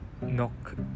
knock